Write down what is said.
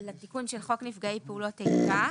לתיקון של חוק נפגעי פעולות איבה.